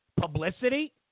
publicity